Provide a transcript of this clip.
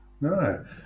No